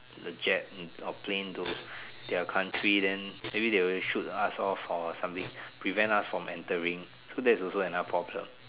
the jet or plane to their country then maybe they will shoot us off or something prevent us from entering so that's another problem